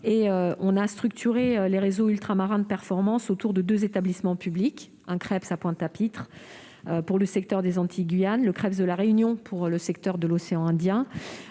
avons structuré les réseaux ultramarins de performance autour de deux établissements publics : un Creps à Pointe-à-Pitre, pour le secteur Antilles-Guyane, et le Creps de la Réunion pour le secteur océan Indien.